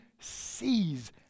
sees